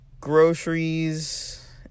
groceries